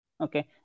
Okay